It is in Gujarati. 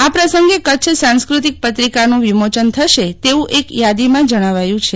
આ પ્રસંગે કચ્છ સંસ્કૃતિક પત્રિકાનું વિમોચન થશે તેવું એક યાદીમાં જણાવાયું છે